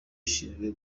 ishinzwe